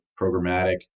programmatic